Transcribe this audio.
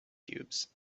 cubes